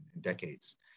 decades